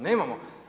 Nemamo.